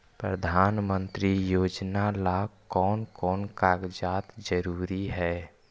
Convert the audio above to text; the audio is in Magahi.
प्रधानमंत्री योजना ला कोन कोन कागजात जरूरी है?